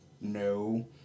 no